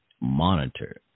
monitor